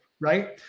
right